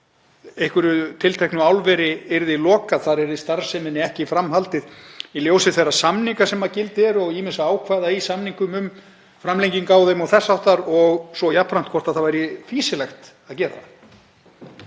að einhverju tilteknu álveri yrði lokað, þar yrði starfseminni ekki fram haldið í ljósi þeirra samninga sem gilda og ýmissa ákvæða í samningum um framlengingu á þeim og þess háttar og svo jafnframt hvort fýsilegt væri að gera